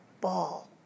ball